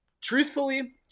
Truthfully